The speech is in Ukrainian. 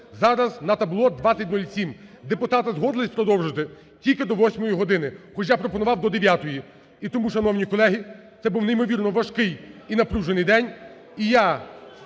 Зараз на табло 20:07. Депутати згодились продовжити тільки до 8-ї години, хоча пропонував до 9-ї. І, тому, шановні колеги, це був неймовірно важкий і напружений день.